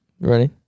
ready